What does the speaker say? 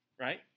right